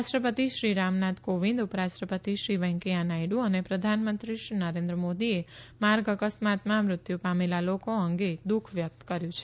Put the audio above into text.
રાષ્ટ્રપતિ શ્રી રામનાથ કોવિંદ ઉપરાષ્ટ્રપતિ શ્રી વેકૈયા નાયડુ અને પ્રધાનમંત્રી શ્રી નરેન્દ્ર મોદીએ માર્ગ અકસ્માતમાં મૃત્યુ પામેલા લોકો અંગે દુઃખ વ્યકત કર્યુ છે